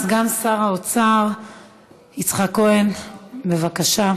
סגן שר האוצר יצחק כהן, בבקשה.